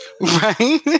Right